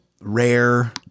rare